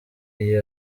iyi